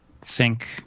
sync